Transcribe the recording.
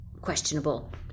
questionable